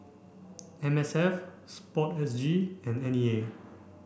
M S F sport S G and N E A